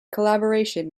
collaboration